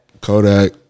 Kodak